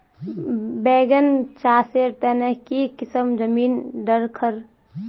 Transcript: बैगन चासेर तने की किसम जमीन डरकर?